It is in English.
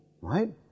right